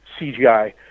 CGI